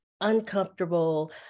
uncomfortable